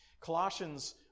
Colossians